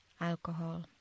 alcohol